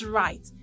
right